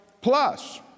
plus